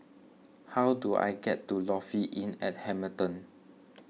how do I get to Lofi Inn at Hamilton